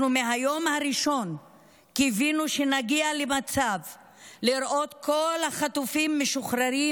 מהיום הראשון קיווינו שנגיע לראות את כל החטופים משוחררים,